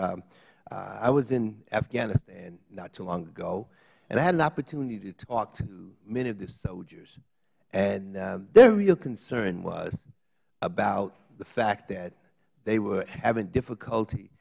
course i was in afghanistan not too long ago and i had an opportunity to talk to many of the soldiers and their real concern was about the fact that they were having difficulty